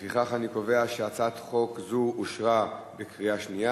לפיכך, אני קובע שהצעת חוק זו אושרה בקריאה שנייה.